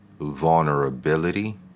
vulnerability